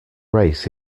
race